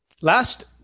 Last